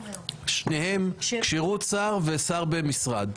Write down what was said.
כשירות שר ושר במשרד.